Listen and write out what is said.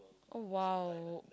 oh !wow!